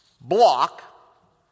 block